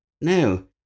No